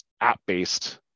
app-based